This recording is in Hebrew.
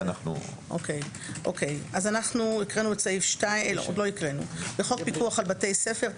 2. בחוק פיקוח על בתי ספר,